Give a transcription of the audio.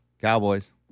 Cowboys